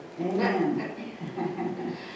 Amen